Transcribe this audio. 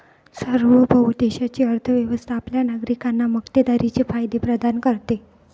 सार्वभौम देशाची अर्थ व्यवस्था आपल्या नागरिकांना मक्तेदारीचे फायदे प्रदान करते